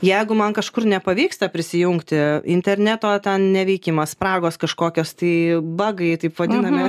jeigu man kažkur nepavyksta prisijungti interneto ten neveikimas spragos kažkokios tai bagai taip vadinami